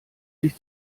sich